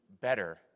better